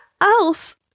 else